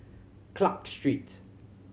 Clarke Street